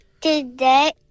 today